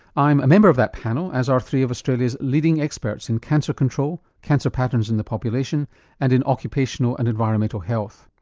i am a member of that panel as are three of australia's leading experts in cancer control, cancer patterns in the population and in occupational and environmental health.